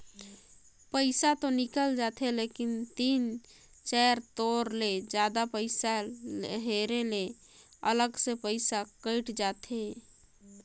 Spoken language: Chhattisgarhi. पइसा तो निकल जाथे लेकिन तीन चाएर तोर ले जादा पइसा हेरे ले अलग से पइसा कइट जाथे